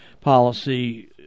policy